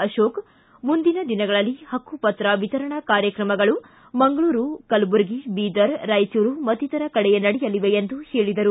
ಅಶೋಕ್ ಮುಂದಿನ ದಿನಗಳಲ್ಲಿ ಹಕ್ಕುಪತ್ರ ವಿತರಣಾ ಕಾರ್ಯಕ್ರಮಗಳು ಮಂಗಳೂರು ಕಲಬುರಗಿ ಬೀದರ್ ರಾಯಚೂರು ಮತ್ತಿತರ ಕಡೆ ನಡೆಯಲಿವೆ ಎಂದು ಹೇಳದರು